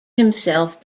himself